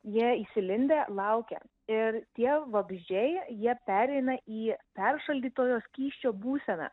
jei įsilindę laukia ir tie vabzdžiai jie pereina į peršaldytojo skysčio būseną